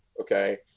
Okay